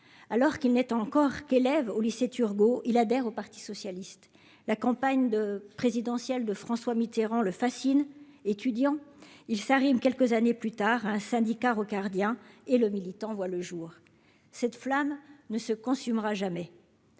alors qu'il n'est encore qu'élève au lycée Turgot, il adhère au Parti socialiste, la campagne de présidentielle de François Mitterrand le fascine, étudiant il s'arrime quelques années plus tard, un syndicat rocardien et le militant voit le jour, cette flamme ne se consume aura jamais.